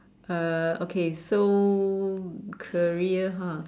uh okay so career ha